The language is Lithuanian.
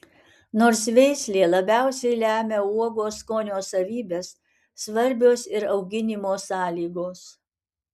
nors veislė labiausiai lemia uogos skonio savybes svarbios ir auginimo sąlygos